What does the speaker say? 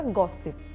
gossip